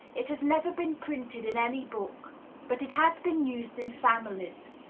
it has never been printed in any book but it has been used in families.